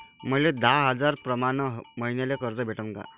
मले दहा हजार प्रमाण मईन्याले कर्ज भेटन का?